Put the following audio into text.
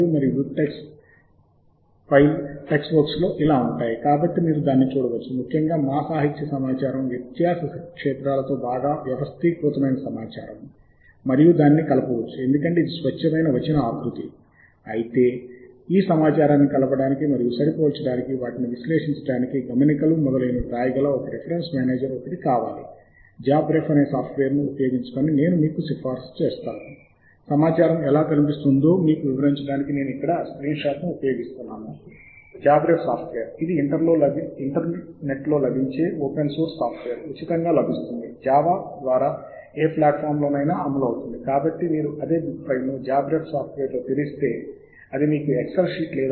మరియు నాకు ఇష్టమైనది అప్పుడు జాబ్రిఫ్ ఇది మీకు సాహిత్య సమాచారమును స్ప్రెడ్షీట్గా చూపించే సాఫ్ట్వేర్ మరియు ఇక్కడ మనం చూడవచ్చు మరియు వీటిలో దేనినైనా మనం గుర్తించగలము అంశాలు గమనికలను సవరించడానికి మరియు జోడించడానికి డబుల్ క్లిక్ చేయండి మరియు మనము సాఫ్ట్వేర్లోనే అబ్స్ట్రాక్ట్ ని చదవగలము మరియు మీరు బహుళ ఫార్మాట్లలో సమాచారమును ఎగుమతి చేయవచ్చు